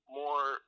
more